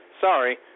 Sorry